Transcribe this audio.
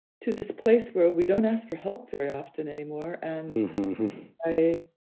to this place where we don't ask for help very often anymore. and i